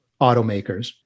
automakers